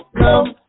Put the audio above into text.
come